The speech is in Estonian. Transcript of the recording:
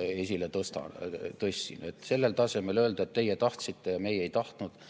esile tõstsin. Sellel tasemel öelda, et teie tahtsite ja meie ei tahtnud,